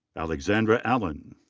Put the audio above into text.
alexandra alan.